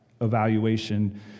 evaluation